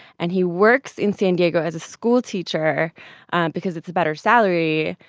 and he works in san diego as a schoolteacher because it's a better salary.